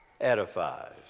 edifies